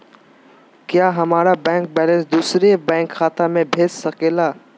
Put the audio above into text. क्या हमारा bank balance दूसरे बैंक खाता में भेज सके ला?